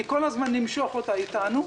כי כל הזמן נמשוך אותה איתנו,